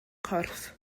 corff